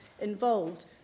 involved